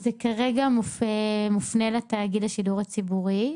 זה כרגע מופנה לתאגיד השידור הציבורי,